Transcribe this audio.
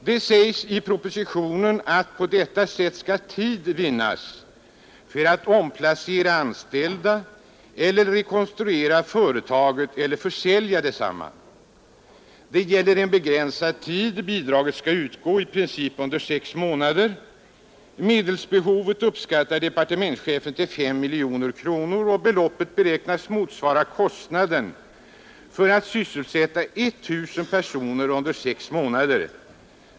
Det sägs i propositionen att på detta sätt skall tid vinnas för att omplacera anställda, rekonstruera företaget eller försälja detsamma. Det är under en begränsad tid bidraget skall utgå, i princip under sex månader. Medelsbehovet uppskattar departementschefen till 5 miljoner kronor, och beloppet beräknas motsvara kostnaden för att sysselsätta 1000 personer under sex månader.